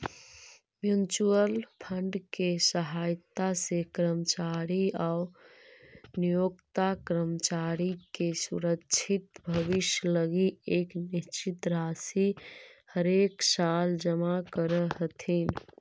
mutual fund के सहायता से कर्मचारी आउ नियोक्ता कर्मचारी के सुरक्षित भविष्य लगी एक निश्चित राशि हरेकसाल जमा करऽ हथिन